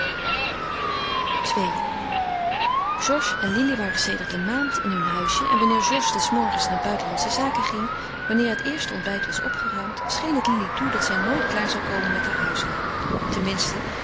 ii georges en lili waren sedert een maand in hun huisje en wanneer georges des morgens naar buitenlandsche zaken ging wanneer het eerste ontbijt was opgeruimd scheen het lili toe dat zij nooit klaar zou komen met haar huishouden